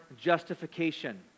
justification